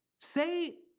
say,